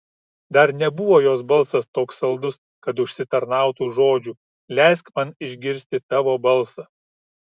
dar nebuvo jos balsas toks saldus kad užsitarnautų žodžių leisk man išgirsti tavo balsą